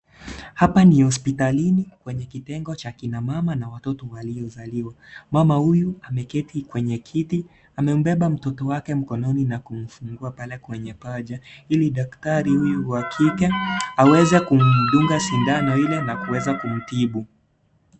Hapa ni hospitalini kwenye kitengo cha kina mama na watoto waliozaliwa. Mama huyu ameketi kwenye kiti amembeba mtoto wake mkononi na kumfungua pale kwenye paja ili daktari huyu wa kike aweze kumdunga sindano ile na kuweza kumtibu.